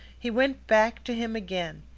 he went back to him again,